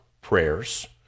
prayers